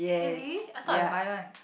really I thought I buy one